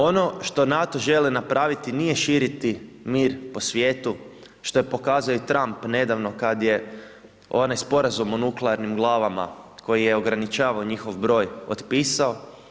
Ono što NATO želi napraviti, nije širiti mir po svijetu, što je pokazao Trump, nedavno kada je onaj sporazum o nuklearnim glavama, koji je ograničavao njihov broj otpisao.